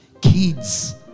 Kids